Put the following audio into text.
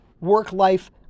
work-life